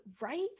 right